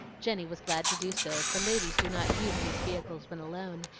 jenny was glad to do so, for ladies do not use these vehicles when alone,